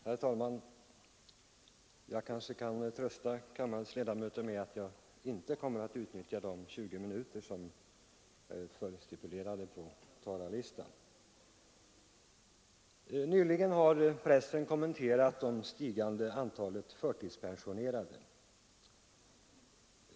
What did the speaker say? Herr talman! Jag kanske kan trösta kammarens ledamöter med att jag inte kommer att utnyttja de 20 minuter som stipulerats på talarlistan. Nyligen har pressen kommenterat det stigande antalet förtidspensionerade.